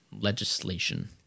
legislation